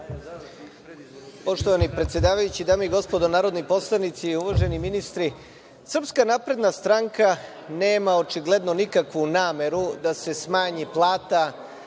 Poštovani predsedavajući, dame i gospodo narodni poslanici, i uvaženi ministri, SNS nema očigledno nikakvu nameru da se smanji plata